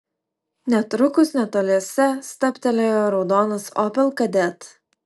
netrukus netoliese stabtelėjo raudonas opel kadett